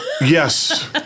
Yes